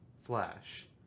Flash